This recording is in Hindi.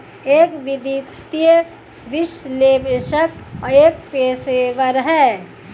एक वित्तीय विश्लेषक एक पेशेवर है